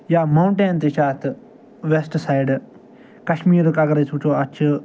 یا ماونٹین تہِ چھِ اَتھٕ وٮ۪سٹ سایڈٕ کشمیٖرُک اگر أسۍ وٕچھو اَتھ چھِ